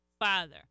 father